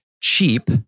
cheap